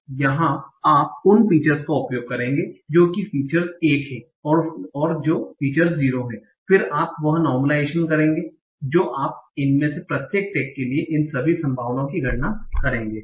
आप यहां उन फीचर्स का उपयोग करेंगे जो कि फीचर 1 है जो फीचर 0 है फिर आप वह नार्मलाइजेशन करेंगे जो आप इनमें से प्रत्येक टैग के लिए इन सभी संभावनाओं की गणना करेंगे